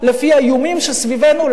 לפי האיומים שסביבנו,